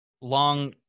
long